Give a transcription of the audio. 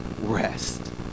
rest